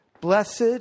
Blessed